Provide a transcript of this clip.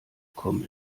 kommen